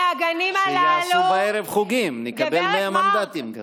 שיעשו בערב חוגים, נקבל מאה מנדטים.